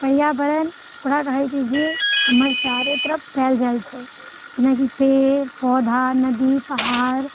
पर्यावरण ओकरा कहैत छै जे हमर चारो तरफ फैल जाइत छै जेनाकि पेड़ पौधा नदी पहाड़